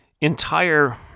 entire